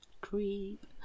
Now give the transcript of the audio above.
Creep